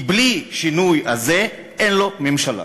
כי בלי השינוי הזה אין לו ממשלה,